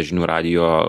žinių radijo